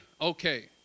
okay